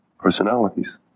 personalities